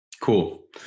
Cool